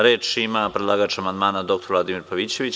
Reč ima predlagač amandmana dr Vladimir Pavićević.